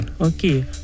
okay